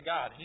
God